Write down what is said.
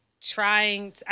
trying